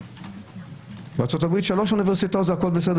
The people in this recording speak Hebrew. בארצות הברית יש שלוש אוניברסיטאות כאלה,